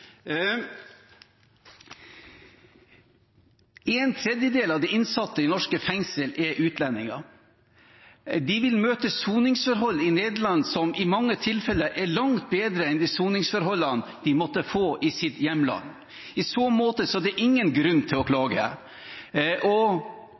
En tredjedel av de innsatte i norske fengsler er utlendinger. De vil møte soningsforhold i Nederland som i mange tilfeller er langt bedre enn soningsforholdene de måtte få i sitt hjemland. I så måte er det ingen grunn til å klage.